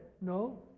No